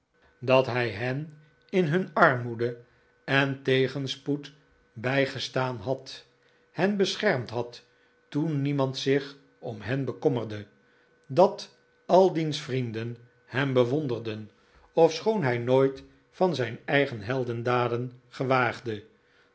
dat hij hen in hun armoede en tegenspoed bijgestaan had hen beschermd had toen niemand zich om hen bekommerde dat al diens vrienden hem bewonderden ofschoon hij nooit van zijn eigen heldendaden gewaagde